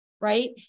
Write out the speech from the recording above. right